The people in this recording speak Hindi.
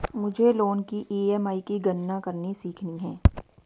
मुझे लोन की ई.एम.आई की गणना करनी सीखनी है